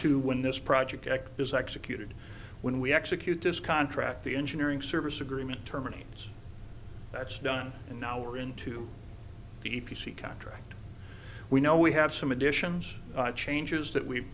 to when this project is executed when we execute this contract the engineering service agreement terminates that's done and now we're into the p c contract we know we have some additions changes that we